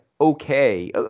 okay